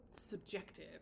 subjective